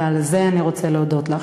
ועל זה אני רוצה להודות לך.